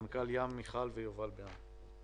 מנכ"ל ים מיכל יובל בע"מ.